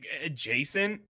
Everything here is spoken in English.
adjacent